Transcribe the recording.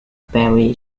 berry